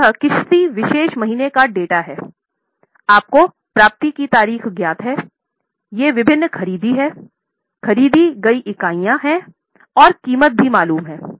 अब यह किसी विशेष महीने का डेटा है आपको प्राप्ति की तारीख ज्ञात है ये विभिन्न खरीदी हैं खरीदी गई इकाइयाँ हैं और कीमत भी मालूम हैं